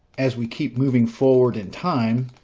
as we keep moving forward in time,